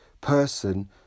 person